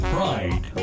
Pride